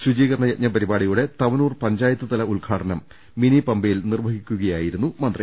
ശുചീകരണയജ്ഞ പരിപാടിയുടെ തവനൂർ പഞ്ചായത്തുതല ഉദ്ഘാടനം മിനിപമ്പയിൽ നിർവഹിക്കുകയായിരുന്നു മന്ത്രി